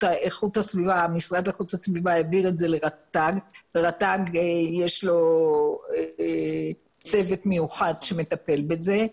המשרד לאיכות הסביבה העביר את זה לרט"ג ולרט"ג יש צוות מיוחד שמטפל בזה.